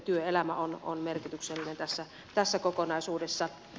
työelämä on merkityksellinen tässä kokonaisuudessa